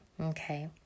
Okay